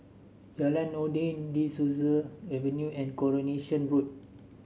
Jalan Noordin De Souza Avenue and Coronation Road